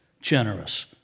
Generous